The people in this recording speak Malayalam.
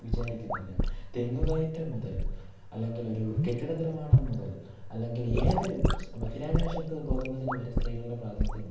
വിചാരിക്കുന്നില്ല തെങ്ങുകയറ്റം മുതൽ അല്ലെങ്കിൽ ഒരു കെട്ടിട നിർമ്മാണം മുതൽ അല്ലെങ്കിൽ ഏതൊരു ബഹിരാകാശത്ത് പോകുന്നതിനു വരെ സ്ത്രീകളുടെ പ്രാതിനിധ്യമുണ്ട്